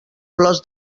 flors